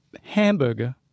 hamburger